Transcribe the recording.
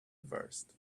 reversed